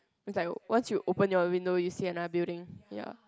is like once you open your window you see another building